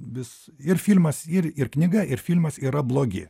vis ir filmas ir ir knyga ir filmas yra blogi